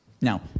Now